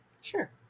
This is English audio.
Sure